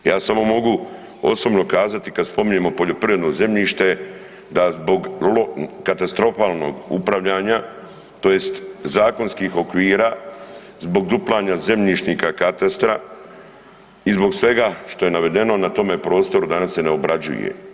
Ja samo mogu osobno kazati, kad spominjemo poljoprivredno zemljište da zbog katastrofalnog upravljanja, tj. zakonskih okvira, zbog duplanja zemljišnika, katastra i zbog svega što je navedeno na tome prostoru, danas se ne obrađuje.